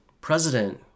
president